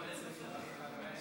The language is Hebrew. (זכאות לפיצויי פיטורים בעת חילופי קבלנים במקום העבודה),